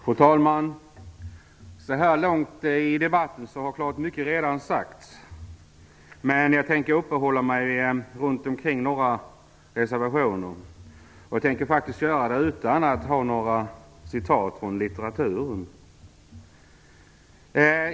Fru talman! Så här långt fram i debatten har självklart mycket redan sagts. Jag tänker uppehålla mig vid några reservationer, faktiskt utan att anföra några citat ur litteraturen.